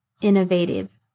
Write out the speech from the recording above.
innovative